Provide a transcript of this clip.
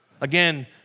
Again